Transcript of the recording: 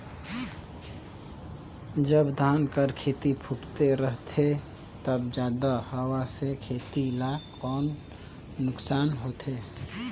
जब धान कर खेती फुटथे रहथे तब जादा हवा से खेती ला कौन नुकसान होथे?